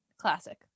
Classic